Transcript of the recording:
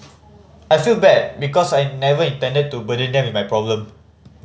I feel bad because I never intended to burden them with my problem